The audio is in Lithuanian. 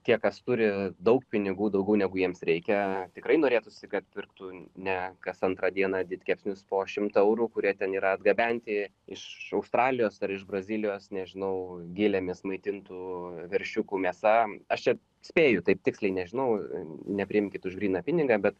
tie kas turi daug pinigų daugiau negu jiems reikia tikrai norėtųsi kad pirktų ne kas antrą dieną didkepsnius po šimtą eurų kurie ten yra atgabenti iš australijos ar iš brazilijos nežinau gilėmis maitintų veršiukų mėsa aš čia spėju taip tiksliai nežinau nepriimkit už gryną pinigą bet